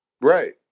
Right